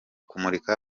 kumurika